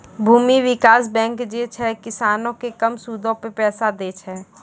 भूमि विकास बैंक जे छै, किसानो के कम सूदो पे पैसा दै छे